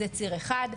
זה ציר אחד.